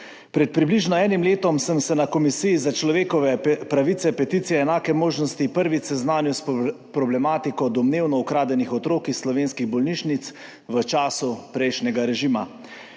Pred približno enim letom sem se na Komisiji za peticije, človekove pravice in enake možnosti prvič seznanil s problematiko domnevno ukradenih otrok iz slovenskih bolnišnic v času prejšnjega režima.